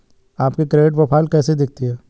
आपकी credit profile कैसी दिखती है?